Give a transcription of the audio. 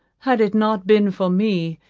had it not been for me,